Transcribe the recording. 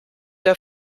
der